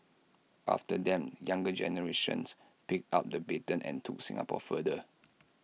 after them younger generations picked up the baton and took Singapore further